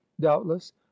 doubtless